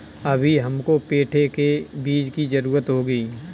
अभी हमको पेठे के बीज की जरूरत होगी